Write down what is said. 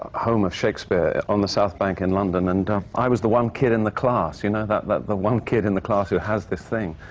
home of shakespeare on the south bank in london. and i was the one kid in the class, you know but the one kid in the class who has this thing.